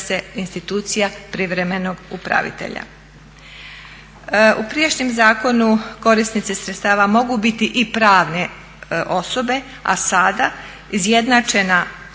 institucija privremenog upravitelja. U prijašnjem zakonu korisnici sredstava mogu biti i pravne osobe a sada izjednačena